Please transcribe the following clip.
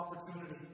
opportunity